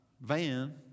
van